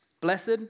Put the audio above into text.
blessed